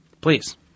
Please